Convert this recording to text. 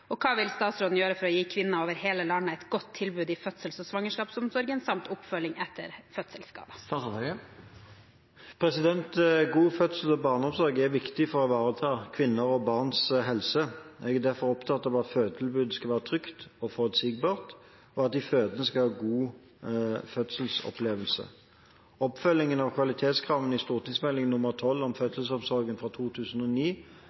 gi kvinner over hele landet et godt tilbud i fødsels- og svangerskapsomsorgen, samt oppfølging etter fødselsskader?» God fødsels- og barselomsorg er viktig for å ivareta kvinners og barns helse. Jeg er derfor opptatt av at fødetilbudet skal være trygt og forutsigbart, og at de fødende skal ha en god fødselsopplevelse. Oppfølgingen av kvalitetskravene i St.meld. nr. 12 for 2008–2009, om